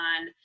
on